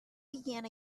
began